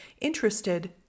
interested